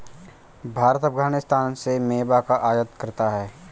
भारत अफगानिस्तान से मेवा का आयात करता है